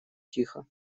тихо